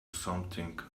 something